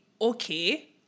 okay